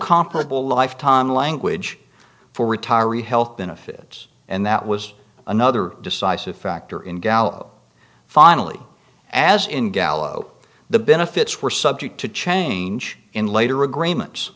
comparable life time language for retiree health benefits and that was another decisive factor in gallo finally as in gallo the benefits were subject to change in later agreements